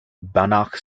banach